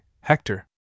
Hector